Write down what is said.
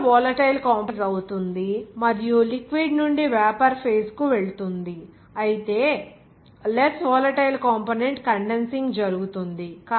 more volatile component vaporize అవుతుంది మరియు liquid నుండి వేపర్ ఫేజ్ కు వెళుతుంది అయితే లెస్ వోలటైల్ కంపోనెంట్ కండన్సింగ్ జరుగుతుంది